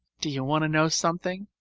do you want to know something?